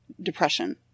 depression